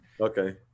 Okay